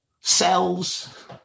cells